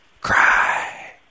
Cry